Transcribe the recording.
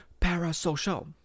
Parasocial